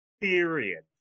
Period